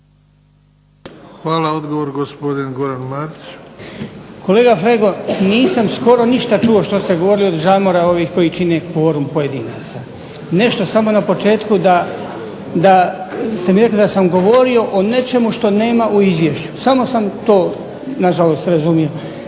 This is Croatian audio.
Hvala. Odgovor gospodin Goran Marić. **Marić, Goran (HDZ)** Kolega Flego, nisam skoro ništa čuo što ste govorili od žamora ovih koji čine kvorum pojedinaca. Nešto samo na početku da ste mi rekli da ste mi rekli da sam govorio o nečemu što nema u izvješću. Samo sam to na žalost razumio.